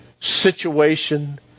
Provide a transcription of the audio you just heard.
situation